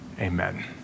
Amen